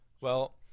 Well-